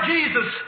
Jesus